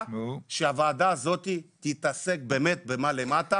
שהוועדה הזאתי תתעסק באמת במה למטה